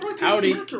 Howdy